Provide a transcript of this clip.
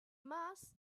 mass